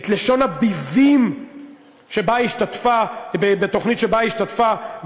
את לשון הביבים בתוכנית שבה היא השתתפה,